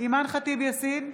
אימאן ח'טיב יאסין,